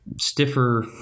Stiffer